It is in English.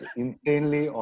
insanely